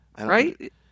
Right